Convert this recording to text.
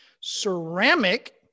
Ceramic